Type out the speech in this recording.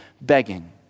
begging